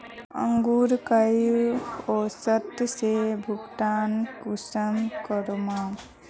अंकूर कई औसत से भुगतान कुंसम करूम?